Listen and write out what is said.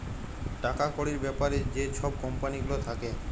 টাকা কড়ির ব্যাপারে যে ছব কম্পালি গুলা থ্যাকে